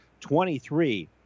23